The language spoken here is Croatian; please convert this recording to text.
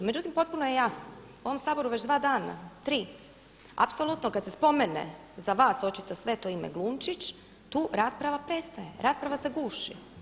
Međutim, potpuno je jasno, u ovom Saboru već dva dana, tri, apsolutno kada se spomene za vas očito sveto ime Glunčić tu rasprava prestaje, rasprava se guši.